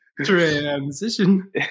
Transition